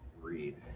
read